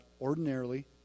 ordinarily